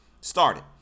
started